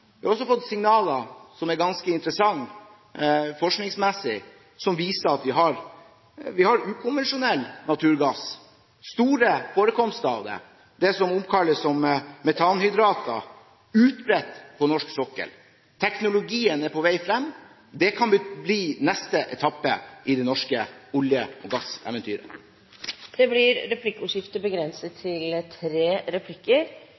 Jeg har også fått signaler som er ganske interessante forskningsmessig, som viser at vi har ukonvensjonell naturgass – store forekomster av det – det som omtales som metanhydrater, utbredt på norsk sokkel. Teknologien er på vei frem. Det kan bli neste etappe i det norske olje- og gasseventyret. Det blir replikkordskifte.